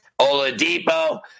Oladipo